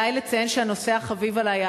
עלי לציין שהנושא החביב עלי,